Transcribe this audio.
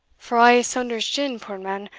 for a' saunders's gin, puir man,